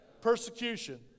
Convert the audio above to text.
persecution